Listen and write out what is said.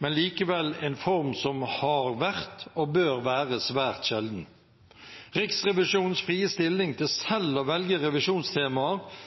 men det er likevel en form som har vært og bør være svært sjelden. Riksrevisjonens frie stilling til selv å velge revisjonstemaer